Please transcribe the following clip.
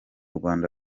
rwanda